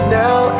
now